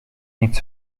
mieć